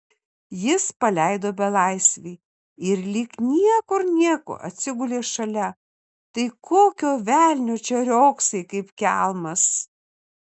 jis paleido belaisvį ir lyg niekur nieko atsigulė šalia tai kokio velnio čia riogsai kaip kelmas